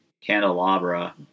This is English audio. candelabra